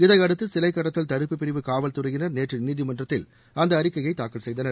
இதையடுத்து சிலை கடத்தல் தடுப்புப் பிரிவு காவல்துறையினர் நேற்று நீதிமன்றத்தில் அந்த அறிக்கையை தாக்கல் செய்தனர்